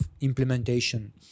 implementation